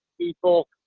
people